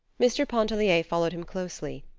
mr. pontellier followed him closely.